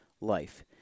life